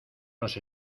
nos